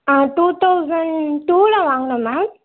ஆ two thousand டூவில் வாங்கினேன் ma'am